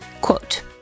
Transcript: Quote